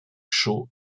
chaud